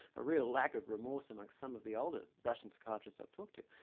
a real lack of remorse in like some of the older russian psychiatrists i've talked to,